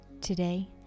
Today